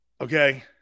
Okay